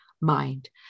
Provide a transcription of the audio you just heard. mind